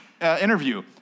interview